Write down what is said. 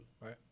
right